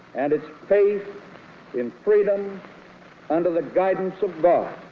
and its faith in freedom under the guidance of but